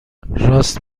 راست